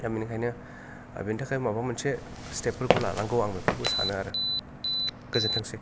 दा बिनिखाइनो बेनि थाखाय माबा मोनसे स्थेफफोरखौ लानांगौ आं बेखौबो सानो आरो गोजोनथोंसै